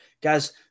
Guys